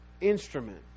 instrument